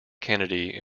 kennedy